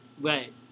right